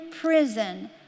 prison